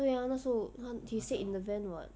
对 ah 那时候 he said in the van [what]